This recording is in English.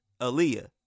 Aaliyah